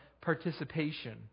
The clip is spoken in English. participation